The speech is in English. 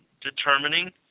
determining